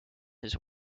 his